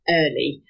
early